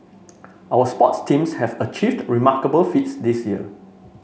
our sports teams have achieved remarkable feats this year